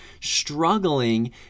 struggling